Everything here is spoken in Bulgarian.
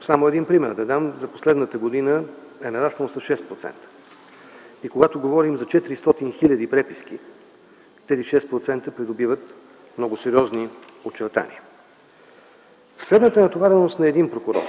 Само един пример да дам – за последната година е нараснал с 6%. Когато говорим за 400 хил. преписки, тези 6% придобиват много сериозни очертания. Средната натовареност на един прокурор